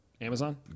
Amazon